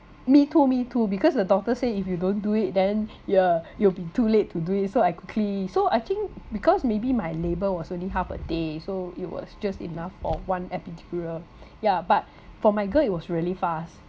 me too me too because the doctor say if you don't do it then yeah it will be too late to do it so I quickly so I think because maybe my labour was only half a day so it was just enough for one epidural yeah but for my girl it was really fast